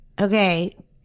okay